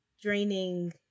draining